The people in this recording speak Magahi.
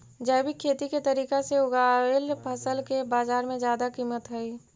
जैविक खेती के तरीका से उगाएल फसल के बाजार में जादा कीमत हई